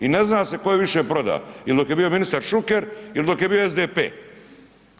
I ne zna se tko je više prodao ili dok je bio ministar Šuker ili dok je bio SDP-e.